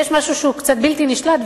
יש משהו שהוא קצת בלתי נשלט,